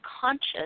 conscious